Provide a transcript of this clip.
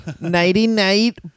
Nighty-night